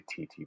TTP